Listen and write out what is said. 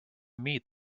meet